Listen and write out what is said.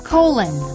Colon